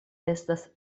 estas